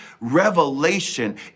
revelation